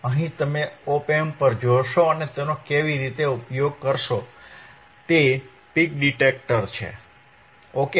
અહીં તમે op amp પર જોશો તેનો ઉપયોગ કેવી રીતે થઈ શકે તે પીક ડિટેક્ટરછે